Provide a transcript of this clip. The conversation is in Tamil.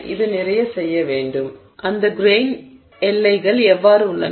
இது நிறைய செய்ய வேண்டும் அந்த கிரெய்ன் எல்லைகள் எவ்வாறு உள்ளன